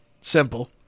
simple